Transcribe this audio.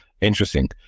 interesting